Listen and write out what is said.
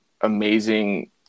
amazing